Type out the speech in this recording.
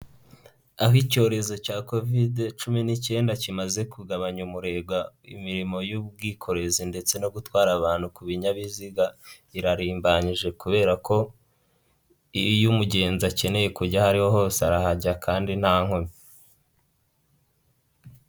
Aho icyorezo cya kovide cumi n'icyenda kimaze kugabanya umurego, imirimo y'ubwikorezi ndetse no gutwara abantu ku binyabiziga irarimbanyije kubera ko, iyo umugenzi akeneye kujya aho ariho hose arahajya kandi nta nkomyi.